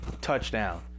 Touchdown